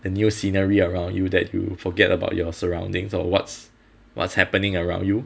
the new scenery around you that you forget about your surroundings or what's what's happening around you